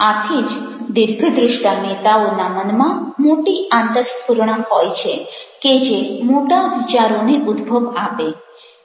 આથી જ દીર્ઘદૃષ્ટા નેતાઓના મનમાં મોટી આંતરસ્ફુરણા હોય છે કે જે મોટા વિચારોને ઉદ્ભવ આપે